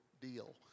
deal